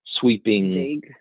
sweeping